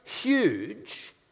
huge